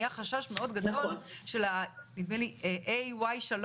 היה חשש מאוד גדול נדמה לי של AY3,